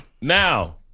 Now